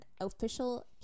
official